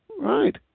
Right